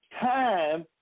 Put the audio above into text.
time